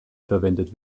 verwendet